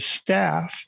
staff